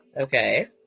Okay